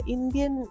Indian